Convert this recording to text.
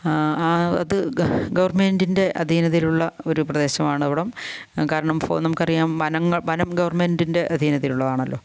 ആ അത് ഗവണ്മെൻറ്റിൻ്റെ അധീനതയിലുള്ള ഒരു പ്രദേശമാണ് അവിടം കാരണം ഇപ്പോൾ നമുക്കറിയാം വനങ്ങൾ വനം ഗവണ്മെൻറ്റിൻ്റെ അധീനതയിലുള്ളതാണല്ലൊ